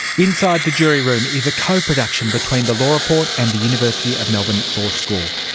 inside the jury room is a co-production between the law report and the university of melbourne law school.